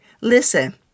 Listen